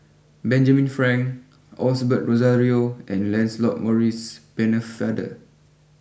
Benjamin Frank Osbert Rozario and Lancelot Maurice Pennefather